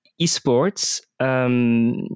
eSports